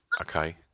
Okay